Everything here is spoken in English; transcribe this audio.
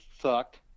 sucked